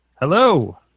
hello